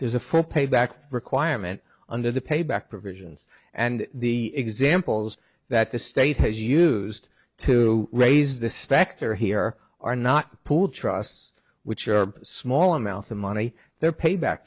there's a four pay back requirement under the pay back provisions and the examples that the state has used to raise the specter here are not pooled trusts which are small amounts of money they're paid back